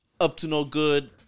up-to-no-good